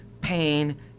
pain